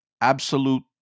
Absolute